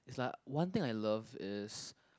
is like one thing I love is